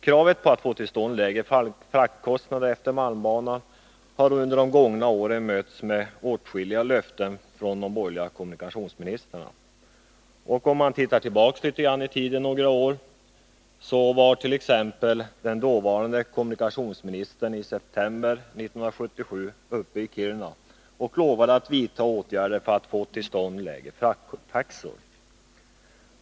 Kravet på att få till stånd lägre fraktkostnader efter malmbanan har under de gångna åren mötts med åtskilliga löften från de borgerliga kommunikationsministrarna. Om man går tillbaka några år i tiden så var t.ex. den dåvarande kommunikationsministern i september 1977 uppe i Kiruna och lovade att vidta åtgärder för att få till stånd lägre frakttaxor.